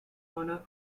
honour